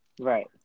Right